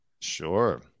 Sure